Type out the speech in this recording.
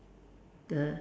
the